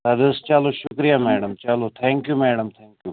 اَدٕ حظ چَلو شُکریہ میڈم چَلو thank you madam thank U